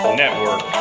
network